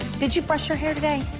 did you brush your hair today?